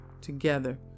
together